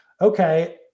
Okay